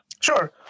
Sure